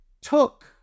took